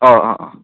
अ अ